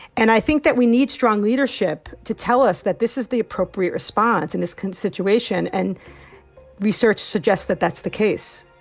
and i think that we need strong leadership to tell us that this is the appropriate response in this situation. and research suggests that that's the case